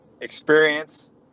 experience